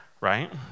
right